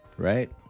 Right